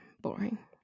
Boring